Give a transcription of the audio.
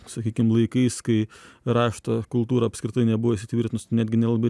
sakykim laikais kai rašto kultūra apskritai nebuvo įsitvirtinus netgi nelabai